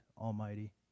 Almighty